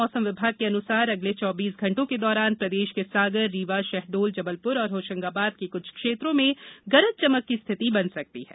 मौसम विभाग के अनुसार अगले चौबीस घंटों के दौरान प्रदेश के सागर रीवा शहड़ोल जबलपुर और होशंगाबाद के कुछ क्षेत्रों में गरज चमक की स्थिति बन सकती है